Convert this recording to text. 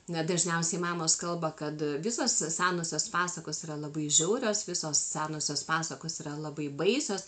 ne dažniausiai mamos kalba kad visos senosios pasakos yra labai žiaurios visos senosios pasakos yra labai baisios